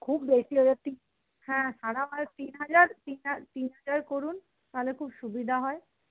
খুব বেশি হয়ে যাচ্ছে হ্যাঁ সারা মাস তিন হাজার তিন তিন হাজার করুন তাহলে খুব সুবিধা হয়